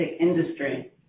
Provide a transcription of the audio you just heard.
industry